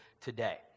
today